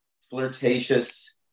flirtatious